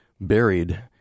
buried